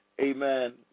amen